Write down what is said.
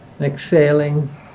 exhaling